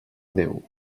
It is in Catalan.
déu